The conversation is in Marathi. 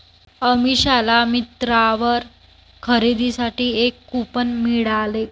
अमिषाला मिंत्रावर खरेदीसाठी एक कूपन मिळाले